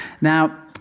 Now